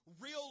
real